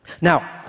Now